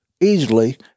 easily